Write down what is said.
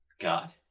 God